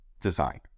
design